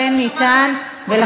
אנחנו שמענו באיזה נסיבות זה קרה.